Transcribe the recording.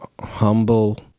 humble